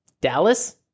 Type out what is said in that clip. Dallas